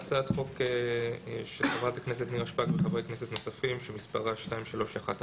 הצעת חוק של חברת הכנסת נירה שפק וחברי כנסת נוספים שמספרה 2311,